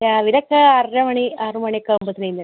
ആ അവരൊക്കെ ആറര മണി ആറ് മണി ഒക്കെ ആവുമ്പോൾ വരുന്നത്